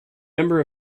member